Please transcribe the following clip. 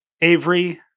Avery